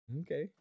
okay